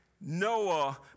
Noah